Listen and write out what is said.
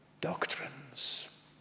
doctrines